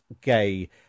gay